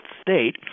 state